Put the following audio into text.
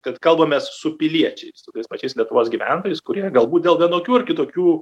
kad kalbamės su piliečiais su tais pačiais lietuvos gyventojais kurie galbūt dėl vienokių ar kitokių